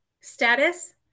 status